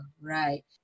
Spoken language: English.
right